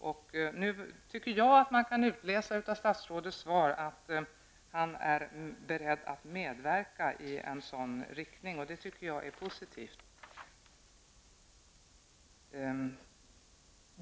Jag tycker att man av statsrådets svar kan utläsa att han är beredd att medverka i en sådan riktning, och detta är positivt.